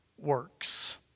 works